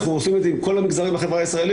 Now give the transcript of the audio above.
אנחנו עושים את זה עם כל המגזרים בחברה הישראלית,